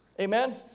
Amen